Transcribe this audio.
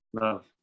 love